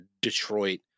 Detroit